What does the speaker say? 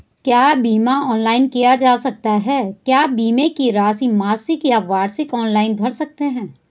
क्या बीमा ऑनलाइन किया जा सकता है क्या बीमे की राशि मासिक या वार्षिक ऑनलाइन भर सकते हैं?